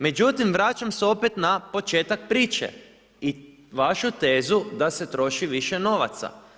Međutim, vraćam se opet na početak priče i vašu tezu da se troši više novaca.